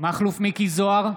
מכלוף מיקי זוהר,